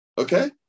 Okay